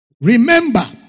Remember